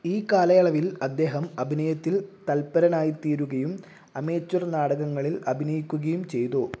ഈ കാലയളവിൽ അദ്ദേഹം അഭിനയത്തിൽ തല്പരനായിത്തീരുകയും അമേച്വർ നാടകങ്ങളിൽ അഭിനയിക്കുകയും ചെയ്തു